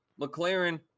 mclaren